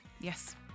yes